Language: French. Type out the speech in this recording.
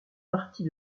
partie